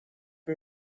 миң